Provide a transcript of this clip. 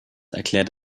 erklärt